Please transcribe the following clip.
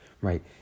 right